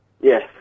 Yes